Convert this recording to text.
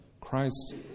Christ